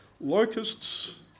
Locusts